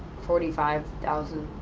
forty five thousand.